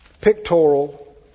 pictorial